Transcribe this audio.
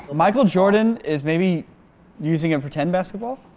ah michael jordan is maybe using him for ten basketball.